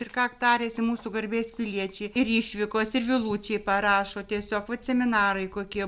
ir ką tariasi mūsų garbės piliečiai ir išvykos ir vilučiai parašo tiesiog vat seminarai kokie